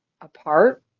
apart